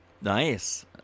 Nice